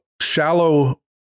shallow